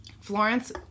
Florence